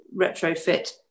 retrofit